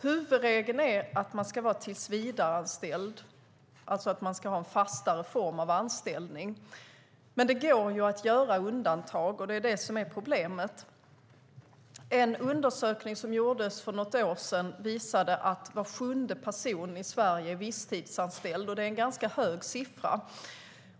Huvudregeln är att man ska vara tillsvidareanställd, alltså ha en fastare form av anställning, men det går att göra undantag, och det är problemet. En undersökning som gjordes för några år sedan visar att var sjunde person i Sverige är visstidsanställd. Det är en ganska hög siffra.